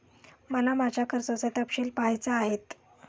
मला माझ्या कर्जाचे तपशील पहायचे आहेत